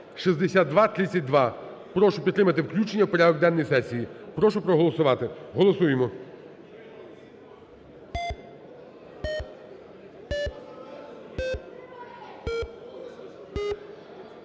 6232 прошу підтримати включення в порядок денний сесії. Прошу проголосувати. Голосуємо.